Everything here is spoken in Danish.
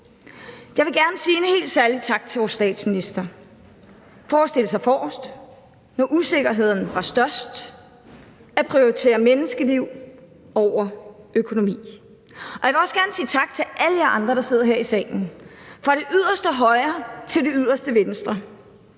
Jeg vil gerne sige en helt særlig tak til vores statsminister for at stille sig forrest, når usikkerheden var størst, at prioritere menneskeliv over økonomi. Og jeg vil også gerne sige tak til alle jer andre, der sidder her i salen, fra det yderste højre til det yderste venstre.